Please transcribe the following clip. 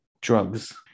drugs